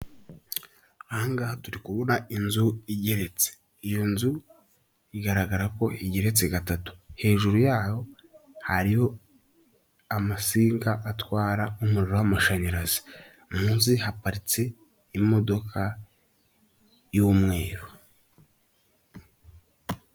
Aha ngaha turi kubura inzu igeretse, iyo nzu igaragara ko igeretse gatatu, hejuru yaho hariho amatsinga atwara umuriro w'amashanyarazi, munsi haparitse imodoka y'umweru.